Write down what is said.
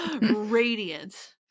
radiant